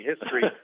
history